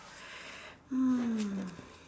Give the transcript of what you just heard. mm